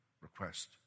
request